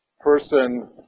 person